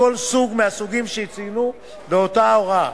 מכל סוג מהסוגים שצוינו באותה הוראה.